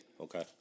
Okay